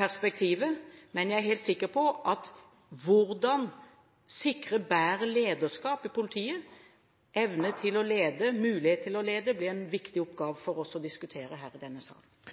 perspektivet, og jeg er helt sikker på at hvordan vi skal sikre bedre lederskap i politiet, evne og mulighet til å lede, blir en viktig oppgave for oss å diskutere her i denne sal.